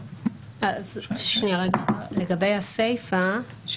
לגבי הסיפה,